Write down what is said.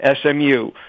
SMU